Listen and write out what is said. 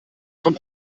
zum